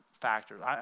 factors